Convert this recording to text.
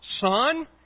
Son